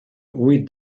with